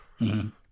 -hmm